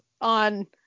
on